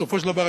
בסופו של דבר,